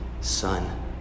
son